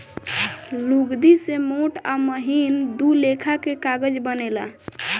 लुगदी से मोट आ महीन दू लेखा के कागज बनेला